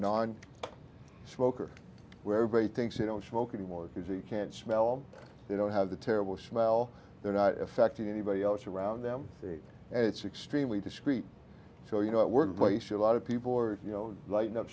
non smoker where everybody thinks they don't smoke anymore because you can't smell they don't have the terrible smell they're not affecting anybody else around them and it's extremely discreet so you know what we're going to show lot of people or you know lighting up